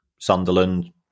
Sunderland